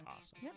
awesome